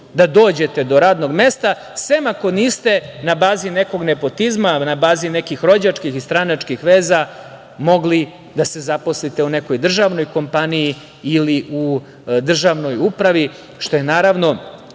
da dođete do radnog mesta, sem ako niste na bazi nekog nepotizma, na bazi nekih rođačkih i stranačkih veza mogli da se zaposlite u nekoj državnoj kompaniji ili u državnoj upravi, što je, naravno,